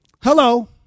Hello